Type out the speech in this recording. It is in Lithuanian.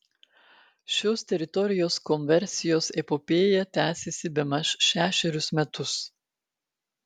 šios teritorijos konversijos epopėja tęsiasi bemaž šešerius metus